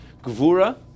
Gvura